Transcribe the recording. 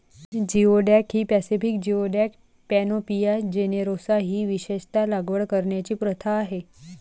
geoduck ही Pacific geoduck, panopea generosa ही विशेषत लागवड करण्याची प्रथा आहे